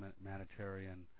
humanitarian